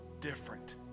different